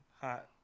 Hot